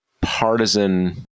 partisan